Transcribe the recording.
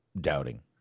doubting